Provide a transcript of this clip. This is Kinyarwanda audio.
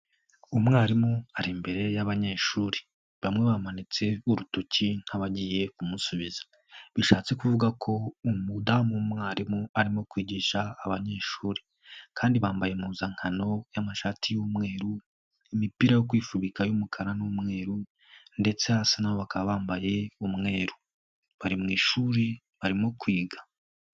Umwarimu ari imbere y'abanyeshuri, bamwe bamanitse urutoki nk'abagiye kumusubiza, bishatse kuvuga ko umudamu w'umwarimu arimo kwigisha abanyeshuri kandi bambaye impuzankano y'amashati y'umweru, imipira yo kwifubika y'umukara n'umweru ndetse hasi na ho bakaba bambaye umweru, bari mu ishuri barimo kwiga.